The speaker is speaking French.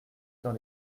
dans